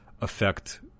affect